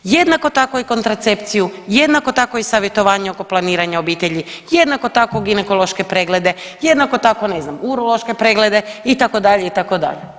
Jednako tako i kontracepciju, jednako tako i savjetovanje oko planiranja obitelji, jednako tako ginekološke preglede, jednako tako ne znam urološke preglede itd., itd.